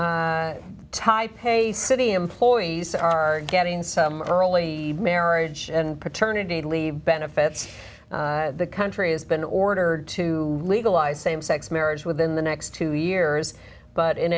taipei city employees are getting some early marriage and paternity leave benefits the country has been ordered to legalize same sex marriage within the next two years but in